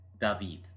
david